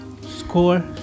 score